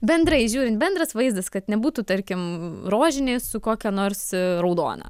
bendrai žiūrint bendras vaizdas kad nebūtų tarkim rožiniais su kokia nors raudona